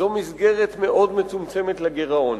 העמידה במסגרת מאוד מצומצמת של גירעון,